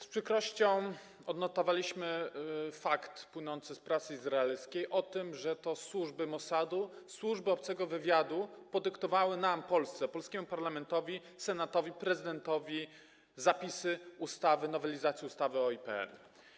Z przykrością odnotowaliśmy fakt, informacje płynące z prasy izraelskiej o tym, że to służby Mosadu, służby obcego wywiadu podyktowały nam, Polsce, polskiemu parlamentowi, Senatowi, prezydentowi zapisy nowelizacji ustawy o IPN.